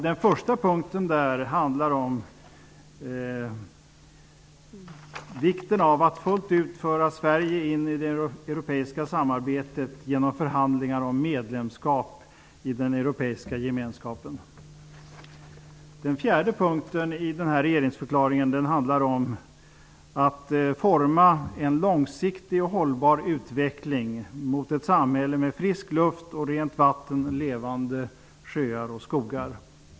Den första punkten handlar om vikten av att fullt ut föra Sverige in i det europeiska samarbetet genom förhandlingar om medlemskap i den europeiska gemenskapen. Den fjärde punkten i regeringsförklaringen handlar om att forma en långsiktig och hållbar utveckling mot ett samhälle med frisk luft, rent vatten samt levande sjöar och skogar.